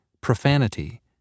profanity